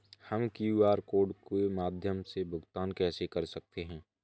हम QR code के माध्यम से भुगतान कैसे कर सकते हैं?